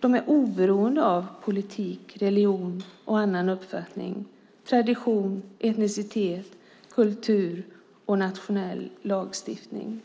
De är oberoende av politik, religion eller annan uppfattning, tradition, etnicitet, kultur och nationell lagstiftning.